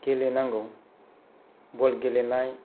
गेलेनांगौ बल गेलेनाय